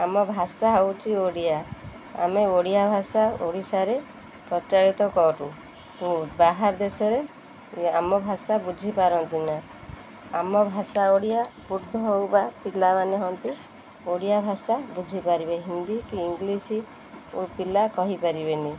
ଆମ ଭାଷା ହେଉଛି ଓଡ଼ିଆ ଆମେ ଓଡ଼ିଆ ଭାଷା ଓଡ଼ିଶାରେ ପ୍ରଚଳିତ କରୁ ବାହାର ଦେଶରେ ଆମ ଭାଷା ବୁଝିପାରନ୍ତି ନା ଆମ ଭାଷା ଓଡ଼ିଆ ବୃଦ୍ଧ ହଉ ବା ପିଲାମାନେ ହୁଅନ୍ତୁ ଓଡ଼ିଆ ଭାଷା ବୁଝିପାରିବେ ହିନ୍ଦୀ କି ଇଂଲିଶ୍ ପିଲା କହିପାରିବେନି